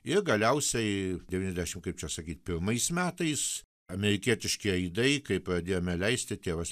ir galiausiai devyniasdešim kaip čia sakyt pirmais metais amerikietiški aidai kai pradėjome leisti tėvas